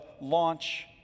launch